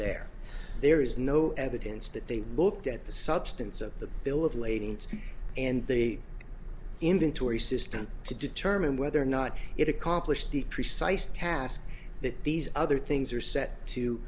there there is no evidence that they looked at the substance of the bill of lading and the inventory system to determine whether or not it accomplished the precise task that these other things are set to